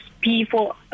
people